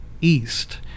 east